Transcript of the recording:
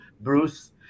Bruce